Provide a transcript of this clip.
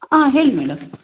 ಆಂ ಹೇಳಿ ಮೇಡಮ್